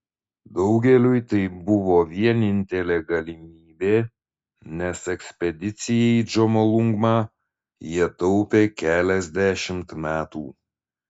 daugeliui tai buvo vienintelė galimybė nes ekspedicijai į džomolungmą jie taupė keliasdešimt metų